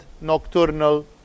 nocturnal